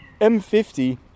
m50